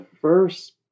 first